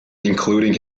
including